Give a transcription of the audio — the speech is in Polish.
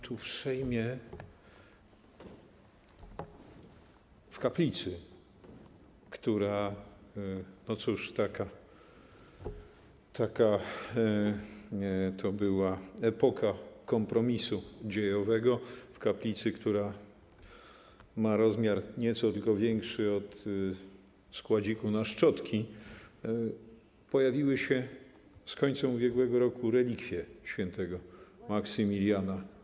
Tu, w Sejmie, w kaplicy, która - no cóż, taka to była epoka kompromisu dziejowego - ma rozmiar nieco tylko większy od składziku na szczotki, pojawiły się z końcem ubiegłego roku relikwie św. Maksymiliana.